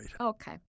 Okay